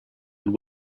and